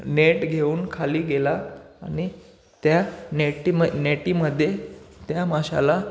net घेऊन खाली गेला आणि त्या नेटीम नेटमध्ये त्या माशाला